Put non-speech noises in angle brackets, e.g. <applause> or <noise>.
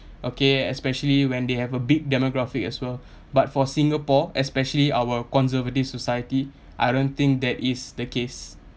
okay especially when they have a big demographic as well <breath> but for singapore especially our conservative society I don't think that is the case